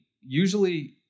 usually